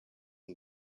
and